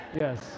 Yes